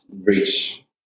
reach